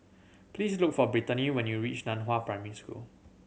please look for Brittani when you reach Nan Hua Primary School